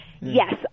yes